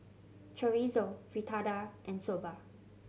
Chorizo Fritada and Soba